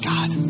God